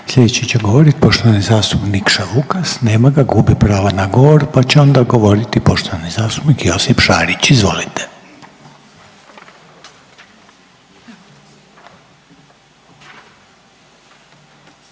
Slijedeći će govorit poštovani zastupnik Nikša Vukas, nema ga, gubi pravo na govor, pa će onda govoriti poštovani zastupnik Josip Šarić. Izvolite.